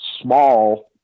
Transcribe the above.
small